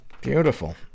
Beautiful